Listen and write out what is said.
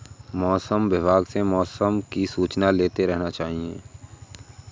मौसम विभाग से मौसम की सूचना लेते रहना चाहिये?